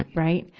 right.